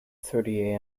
thirty